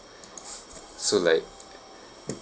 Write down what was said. so like